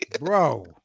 Bro